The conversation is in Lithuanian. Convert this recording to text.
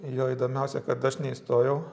jo įdomiausia kad aš neįstojau